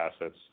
assets